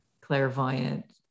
clairvoyant